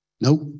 Nope